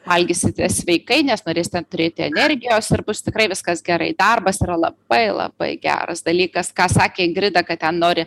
valgysite sveikai nes norėsite turėti energijos ir bus tikrai viskas gerai darbas yra labai labai geras dalykas ką sakė ingrida kad ten nori